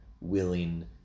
willing